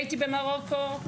הייתי במרוקו,